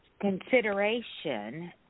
consideration